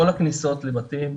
כל הכניסות לבתים,